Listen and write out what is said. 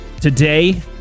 Today